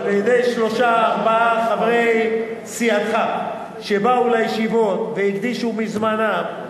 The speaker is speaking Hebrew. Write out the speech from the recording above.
על-ידי שלושה-ארבעה חברי סיעתך שבאו לישיבות והקדישו מזמנם,